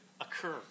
occur